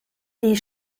die